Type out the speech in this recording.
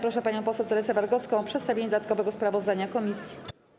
Proszę panią poseł Teresę Wargocką o przedstawienie dodatkowego sprawozdania Komisji.